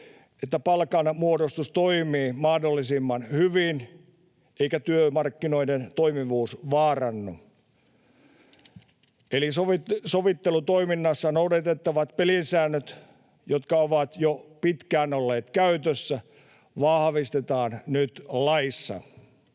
että palkanmuodostus toimii mahdollisimman hyvin eikä työmarkkinoiden toimivuus vaarannu. Eli sovittelutoiminnassa noudatettavat pelisäännöt, jotka ovat jo pitkään olleet käytössä, vahvistetaan nyt laissa.